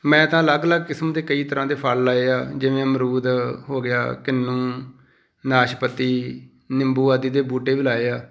ਮੈਂ ਤਾਂ ਅਲੱਗ ਅਲੱਗ ਕਿਸਮ ਦੇ ਕਈ ਤਰ੍ਹਾਂ ਦੇ ਫਲ ਲਾਏ ਆ ਜਿਵੇਂ ਅਮਰੂਦ ਹੋ ਗਿਆ ਕਿੰਨੂ ਨਾਸ਼ਪਾਤੀ ਨਿੰਬੂ ਆਦਿ ਦੇ ਬੂਟੇ ਵੀ ਲਾਏ ਆ